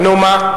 נו, מה?